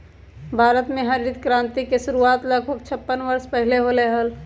भारत में हरित क्रांति के शुरुआत लगभग छप्पन वर्ष पहीले होलय हल